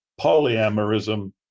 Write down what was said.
polyamorism